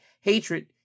hatred